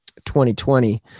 2020